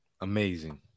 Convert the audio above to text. Amazing